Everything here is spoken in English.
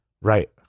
Right